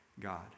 God